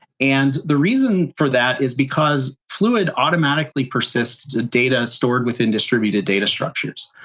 and the reason for that is because fluid automatically persists the data stored within distributed data structures.